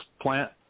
plant